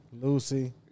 Lucy